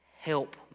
help